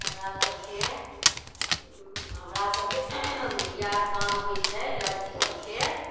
हमरा सबकेँ हमरा सबकेँ बिआह दान होइत छै लड़की सबके